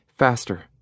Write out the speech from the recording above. faster